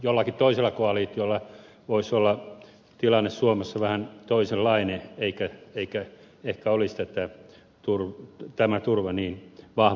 jollakin toisella koalitiolla voisi olla tilanne suomessa vähän toisenlainen eikä ehkä olisi tämä turva niin vahva